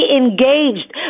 engaged